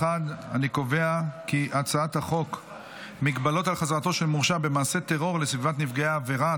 חוק מגבלות על חזרתו של מורשע במעשה טרור לסביבת נפגעי העבירה,